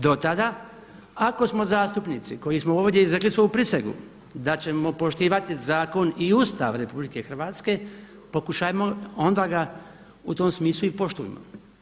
Do tada ako smo zastupnici koji smo ovdje izrekli svoju prisegu da ćemo poštivati zakon i Ustav RH pokušajmo onda ga u tom smislu i poštujmo.